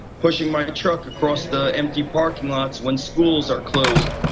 pushing my truck across the empty parking lots when schools are closed.